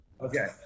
Okay